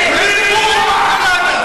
לחזור בך,